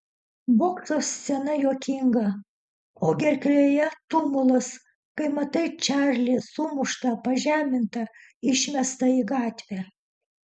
bokso scena juokinga o gerklėje tumulas kai matai čarlį sumuštą pažemintą išmestą į gatvę